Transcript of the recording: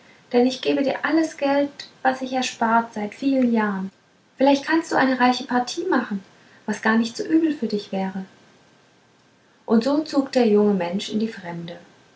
denn ich gebe dir alles geld was ich erspart seit vielen jahren vielleicht kannst du eine reiche partie machen was gar nicht so übel für dich wäre und so zog der junge mensch in die fremde